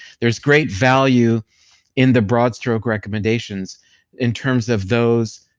there's great value in the broad stroke recommendations in terms of those,